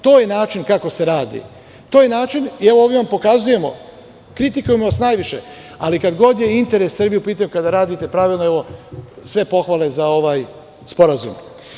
To je način kako se radi, to je način i evo ovim vam pokazujemo, kritikujemo vas najviše, ali kada god je interes Srbije u pitanju, kada radite pravilno, sve pohvale za ovaj sporazum.